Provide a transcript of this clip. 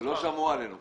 לא שמעו עלינו פשוט.